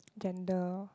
gender